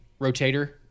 rotator